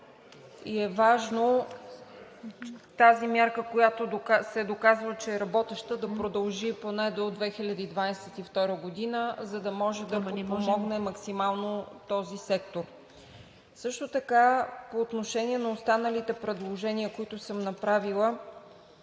Важно е тази мярка, която се доказва, че е работеща, да продължи поне до 2022 г., за да може да подпомогне максимално този сектор. Също така по отношение на останалите предложения, които съм направила,